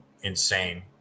insane